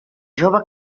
jove